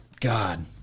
God